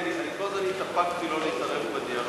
אני כל הזמן התאפקתי שלא להתערב בדיאלוג.